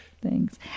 Thanks